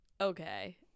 Okay